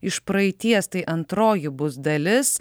iš praeities tai antroji bus dalis